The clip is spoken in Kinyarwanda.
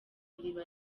iriba